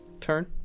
Turn